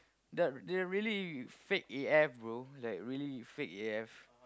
that they're really fake A_F bro like really fake A_F